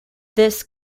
this